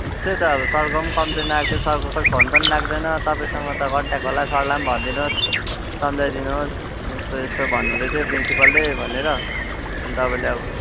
त्यही त अब सरको पनि कम्प्लेन आएको थियो सरको खै फोन पनि लाग्दैन तपाईँसँग त कन्ट्याक होला सरूलाई पनि भनिदिनुहोस् सम्झाइदिनुहोस् यस्तो यस्तो भन्नुहुँदैथ्यो प्रिन्सिपलले भनेर तपाईँले अब